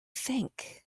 think